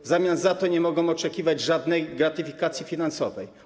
W zamian za to nie mogą oczekiwać żadnej gratyfikacji finansowej.